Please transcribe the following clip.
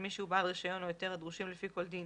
מי שהוא בעל רישיון או היתר הדרושים לפי כל דין